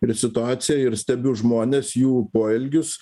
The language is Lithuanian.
ir situaciją ir stebiu žmones jų poelgius